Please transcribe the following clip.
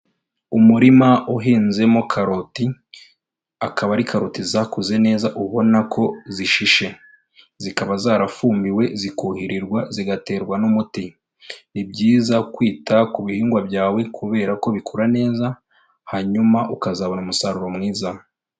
Umurima uhinzemo karoti, akaba ari karota zakuze neza ubona ko zishishe, zikaba zarafumbiwe zikuhirirwa, zigaterwa n'umuti. Ni byiza kwita ku bihingwa byawe kubera ko bikura neza hanyuma ukazabona umusaruro mwiza.